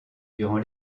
durant